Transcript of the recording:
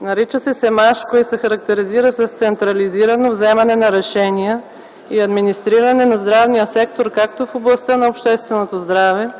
Нарича се „Семашко” и се характеризира с централизирано вземане на решения и администриране на здравния сектор както в областта на общественото здраве,